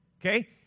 Okay